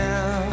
Now